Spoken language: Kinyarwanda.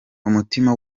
umutima